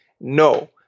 No